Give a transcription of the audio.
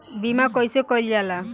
बीमा कइसे कइल जाला?